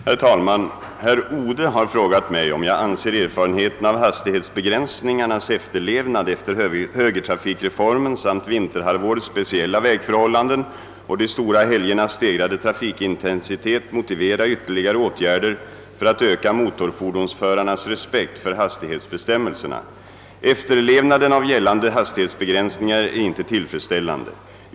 Herr talman! Herr Odhe har frågat mig, om jag anser erfarenheterna av hastighetsbegränsningarnas efterlevnad efter högertrafikreformen samt vinter halvårets speciella vägförhållanden och de stora helgernas stegrade trafikintensitet motiverar ytterligare åtgärder för att öka motorfordonsförarnas respekt för hastighetsbestämmelserna. Efterlevnaden av gällande hastighetsbegränsningar är inte tillfredsställande.